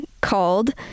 called